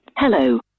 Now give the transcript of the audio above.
Hello